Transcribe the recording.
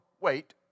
wait